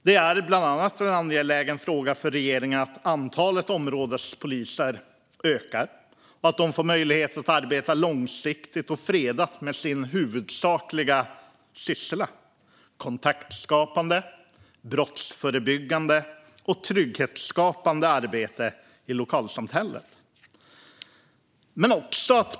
Det är bland annat en angelägen fråga för regeringen att antalet områdespoliser ökar och att de får möjlighet att arbeta långsiktigt och fredat med sin huvudsakliga syssla, nämligen kontaktskapande, brottsförebyggande och trygghetsskapande arbete i lokalsamhället.